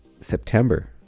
september